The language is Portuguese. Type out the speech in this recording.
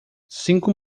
cinco